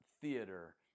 theater